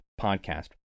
podcast